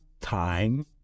time